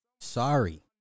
sorry